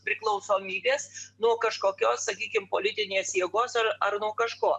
priklausomybės nuo kažkokios sakykim politinės jėgos ar ar nuo kažko